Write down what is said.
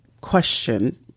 question